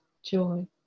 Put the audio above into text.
Joy